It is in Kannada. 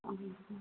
ಹ್ಞೂ ಹ್ಞೂ